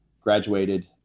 graduated